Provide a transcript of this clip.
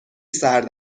سرد